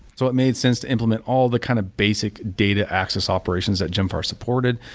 so it made sense to implement all the kind of basic data access operations that gemfire supported,